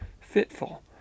fitful